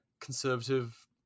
conservative